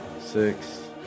six